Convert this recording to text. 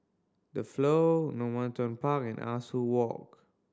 The Flow Normanton Park and Ah Soo Walk